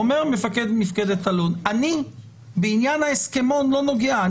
אומר מפקד מפקדת אלון: בעניין ההסכמון אני לא נוגע,